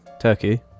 Turkey